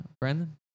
Brandon